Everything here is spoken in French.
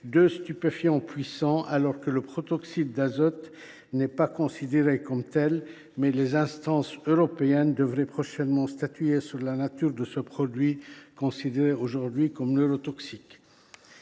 stupéfiants puissants, alors que le protoxyde d’azote n’est pas considéré comme tel. Mais les instances européennes devraient prochainement statuer sur la nature de ce produit, aujourd’hui considéré comme neurotoxique.